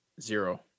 zero